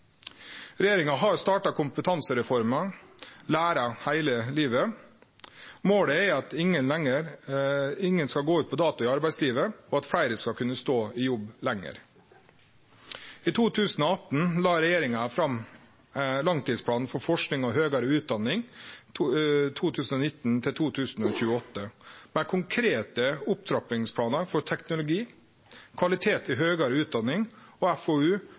Regjeringa har starta kompetansereforma Lære heile livet. Målet er at ingen skal gå ut på dato i arbeidslivet, og at fleire skal kunne stå i jobb lenger. I oktober 2018 la regjeringa fram langtidsplanen for forsking og høgare utdanning 2019–2028, med konkrete opptrappingsplanar for teknologi, kvalitet i høgare utdanning og